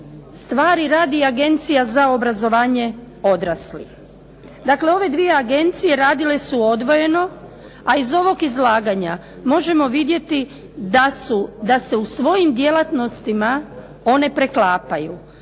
stvari radi i Agencija za obrazovanje odraslih. Dakle, ove dvije agencije radile su odvojene, a iz ovog izlaganja možemo vidjeti da se u svojim djelatnostima one preklapaju.